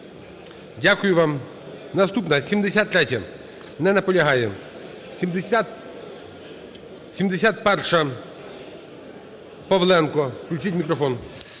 Дякую вам. Наступна: 73-я. Не наполягає. 71-а, Павленко, включіть мікрофон.